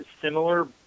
similar